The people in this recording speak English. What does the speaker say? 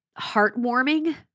heartwarming